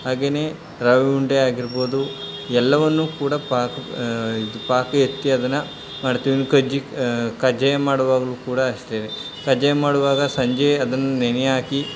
ಹಾಗೇ ರವೆ ಉಂಡೆ ಆಗಿರ್ಬೋದು ಎಲ್ಲವನ್ನೂ ಕೂಡ ಪಾಕ ಇದು ಪಾಕ ಎತ್ತಿ ಅದನ್ನು ಮಾಡ್ತೀವಿ ಇನ್ನು ಕಜ್ಜಿ ಕಜ್ಜಾಯ ಮಾಡುವಾಗಲೂ ಕೂಡ ಅಷ್ಟೇ ಕಜ್ಜಾಯ ಮಾಡುವಾಗ ಸಂಜೆ ಅದನ್ನು ನೆನೆ ಹಾಕಿ